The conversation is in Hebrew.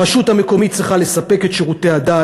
הרשות המקומית צריכה לספק את שירותי הדת